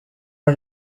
are